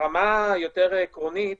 ברמה היותר עקרונית